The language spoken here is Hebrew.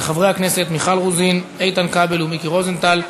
של חברי הכנסת מיכל רוזין, איתן כבל ומיקי רוזנטל.